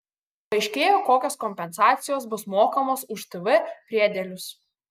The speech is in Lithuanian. paaiškėjo kokios kompensacijos bus mokamos už tv priedėlius